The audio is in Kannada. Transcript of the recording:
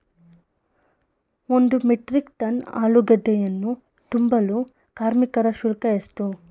ಒಂದು ಮೆಟ್ರಿಕ್ ಟನ್ ಆಲೂಗೆಡ್ಡೆಯನ್ನು ತುಂಬಲು ಕಾರ್ಮಿಕರ ಶುಲ್ಕ ಎಷ್ಟು?